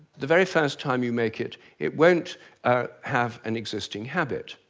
the very first time you make it, it won't have an existing habit.